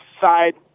side